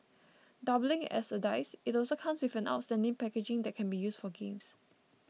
doubling as a dice it also comes with an outstanding packaging that can be used for games